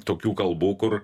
tokių kalbų kur